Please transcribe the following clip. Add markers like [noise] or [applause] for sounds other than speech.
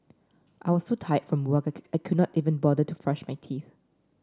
I was so tired from work [unintelligible] I could not even bother to brush my teeth